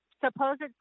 supposed